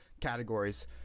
categories